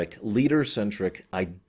leader-centric